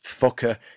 fucker